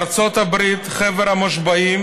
בארצות הברית חבר המושבעים,